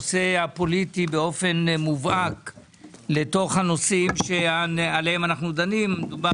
הנושא הפוליטי לתוך הנושאים שעליהם אנחנו דנים - מדובר